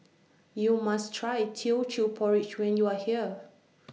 YOU must Try Teochew Porridge when YOU Are here